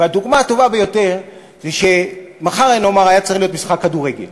והדוגמה הטובה ביותר היא שנאמר מחר היה צריך להיות משחק כדורגל,